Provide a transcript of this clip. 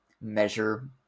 measure